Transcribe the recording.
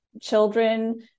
children